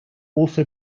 also